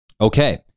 Okay